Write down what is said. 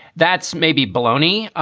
that's maybe baloney.